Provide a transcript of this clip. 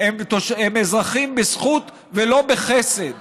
הם אזרחים בזכות ולא בחסד.